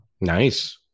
Nice